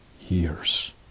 years